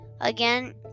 Again